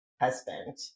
husband